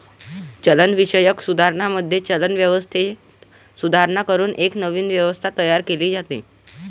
चलनविषयक सुधारणांमध्ये, चलन व्यवस्थेत सुधारणा करून एक नवीन व्यवस्था तयार केली जाते